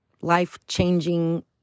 life-changing